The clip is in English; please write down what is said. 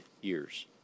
years